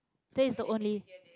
that is the only